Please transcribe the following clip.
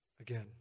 again